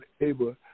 able